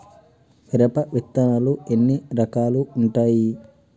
మిరప విత్తనాలు ఎన్ని రకాలు ఉంటాయి?